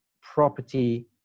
property